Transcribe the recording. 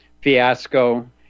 fiasco